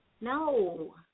No